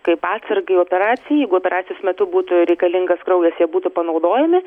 kaip atsargai operacijai jeigu operacijos metu būtų reikalingas kraujas jie būtų panaudojami